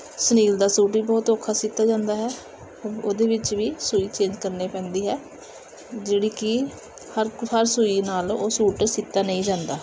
ਸੁਨੀਲ ਦਾ ਸੂਟ ਵੀ ਬਹੁਤ ਔਖਾ ਸੀਤਾ ਜਾਂਦਾ ਹੈ ਉਹਦੇ ਵਿੱਚ ਵੀ ਸੂਈ ਚੇਂਜ ਕਰਨੀ ਪੈਂਦੀ ਹੈ ਜਿਹੜੀ ਕਿ ਹਰ ਹਰ ਸੂਈ ਨਾਲ ਉਹ ਸੂਟ ਸੀਤਾ ਨਹੀਂ ਜਾਂਦਾ